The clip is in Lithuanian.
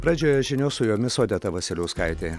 pradžioje žinios su jomis odeta vasiliauskaitė